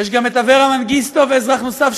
יש גם אברה מנגיסטו ואזרח נוסף,